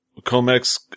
comex